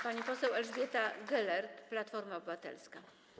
Pani poseł Elżbieta Gelert, Platforma Obywatelska.